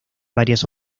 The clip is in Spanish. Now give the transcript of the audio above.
varias